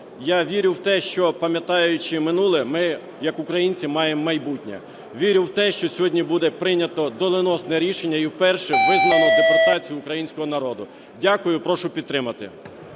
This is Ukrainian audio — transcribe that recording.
Я вірю в те, що пам'ятаючи минуле, ми як українці маємо майбутнє. Вірю в те, що сьогодні буде прийнято доленосне рішення і вперше визнано депортацію українського народу. Дякую. Прошу підтримати.